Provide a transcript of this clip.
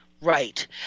right